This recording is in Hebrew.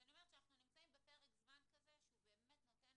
אז אני אומרת שאנחנו נמצאים בפרק זמן כזה שהוא באמת נותן